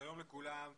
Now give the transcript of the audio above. שלום לכולם.